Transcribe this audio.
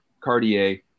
Cartier